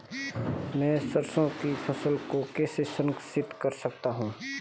मैं सरसों की फसल को कैसे संरक्षित कर सकता हूँ?